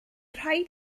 rhaid